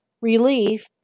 relief